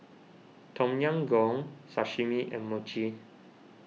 Tom Yam Goong Sashimi and Mochi